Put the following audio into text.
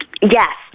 Yes